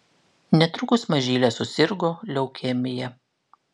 netrukus mažylė susirgo leukemija